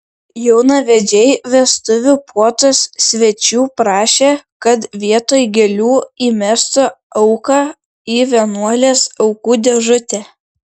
jaunavedžiai vestuvių puotos svečių prašė kad vietoj gėlių įmestų auką į vienuolės aukų dėžutę